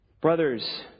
Brothers